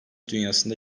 dünyasında